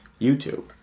youtube